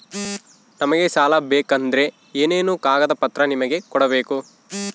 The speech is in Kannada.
ನಮಗೆ ಸಾಲ ಬೇಕಂದ್ರೆ ಏನೇನು ಕಾಗದ ಪತ್ರ ನಿಮಗೆ ಕೊಡ್ಬೇಕು?